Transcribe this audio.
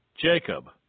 Jacob